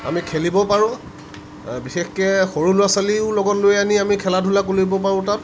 আমি খেলিবও পাৰোঁ বিশেষকৈ সৰু ল'ৰা ছোৱালীও লগত লৈ আনি আমি খেলা ধূলা কৰিব পাৰোঁ তাত